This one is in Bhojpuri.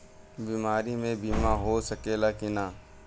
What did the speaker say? बीमारी मे बीमा हो सकेला कि ना?